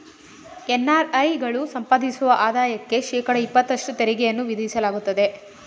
NRI ಗಳು ಸಂಪಾದಿಸುವ ಆದಾಯಕ್ಕೆ ಶೇಕಡ ಇಪತ್ತಷ್ಟು ತೆರಿಗೆಯನ್ನು ವಿಧಿಸಲಾಗುತ್ತದೆ